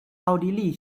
奥地利